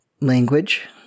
language